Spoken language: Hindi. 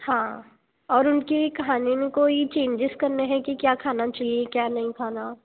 हाँ और उनके खाने में कोई चेंजेस करने हैं कि क्या खाना चाहिए क्या नहीं खाना